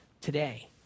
today